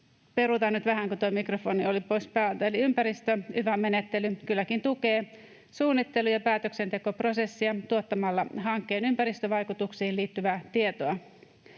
peruutan nyt vähän, kun tuo mikrofoni oli pois päältä. — Eli ympäristön yva-menettely kylläkin tukee suunnittelu- ja päätöksentekoprosessia tuottamalla hankkeen ympäristövaikutuksiin liittyvää tietoa.